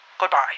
Goodbye